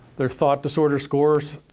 their thought disorder scores,